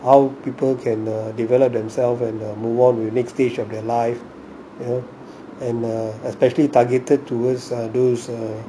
how people can develop themselves and move on to the next stage of their life